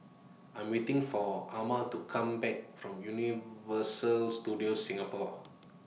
I Am waiting For Ama to Come Back from Universal Studios Singapore